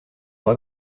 pas